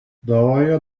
davaya